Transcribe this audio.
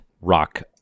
rock